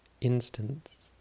instance